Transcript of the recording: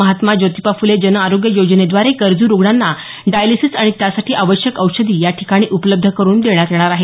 महात्मा ज्योतिबा फुले जनआरोग्य योजनेद्वारे गरजू रुग्णांना डायलिसीस आणि त्यासाठी आवश्यक औषधी या ठिकाणी उपलब्ध करुन देण्यात येणार आहे